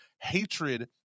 hatred